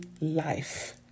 life